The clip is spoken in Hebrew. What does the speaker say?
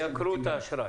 ייקרו את האשראי.